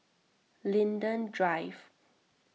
Linden Drive